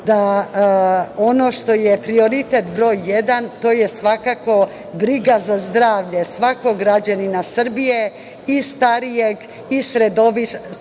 da ono što je prioritet broj 1, to je svakako briga za zdravlje svakog građanina Srbije i starijeg, i sredovečnog,